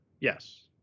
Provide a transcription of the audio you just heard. Yes